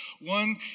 one